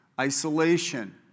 Isolation